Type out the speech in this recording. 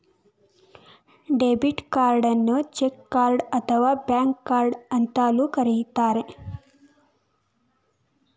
debit ಕಾರ್ಡನ್ನು check card ಅಥವಾ bank card ಅಂತಲೂ ಕರಿತರೆ